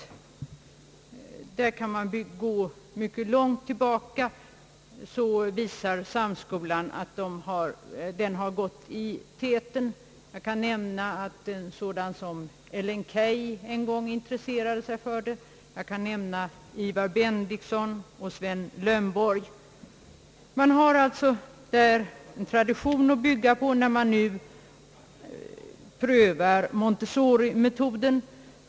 I detta avseende kan man gå mycket långt tillbaka i tiden, och samskolan visar att den har gått i täten när det gäller denna försöksverksamhet. Jag kan nämna att Ellen Key en gång intresserade sig för denna verksamhet, och jag kan bland dem som verkat där nämna rektorerna Bendixon och Lönnborg. Man har alltså i skolan en tradition att bygga på när man nu prövar Montessori-metoden.